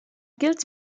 gilt